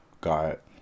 got